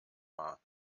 war